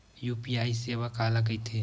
UPI सेवा काला कइथे?